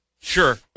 Sure